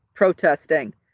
protesting